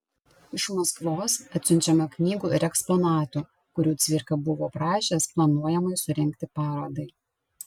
iš maskvos atsiunčiama knygų ir eksponatų kurių cvirka buvo prašęs planuojamai surengti parodai